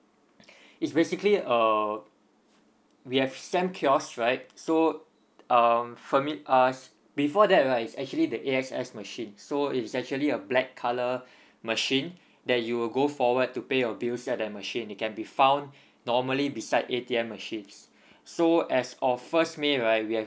it's basically err we have SAM kiosk right so um firmly uh before that right it's actually the A X S machine so it is actually a black colour machine that you'll go forward to pay your bills at the machine it can be found normally beside A T M machines so as of first may right we have